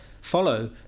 follow